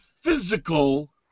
physical